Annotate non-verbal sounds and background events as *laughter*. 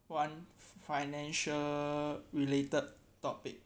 one *noise* financial related topic